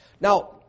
Now